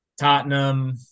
Tottenham